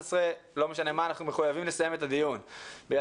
ב-11:00 לא משנה מה אנחנו מחויבים לסיים את הדיון בגלל